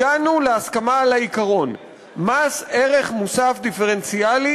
הגענו להסכמה על העיקרון: מס ערך מוסף דיפרנציאלי